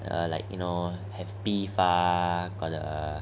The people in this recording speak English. err like you know have beef ah got